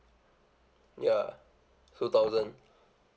ya two thousand